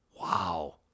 Wow